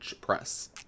Press